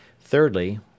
Thirdly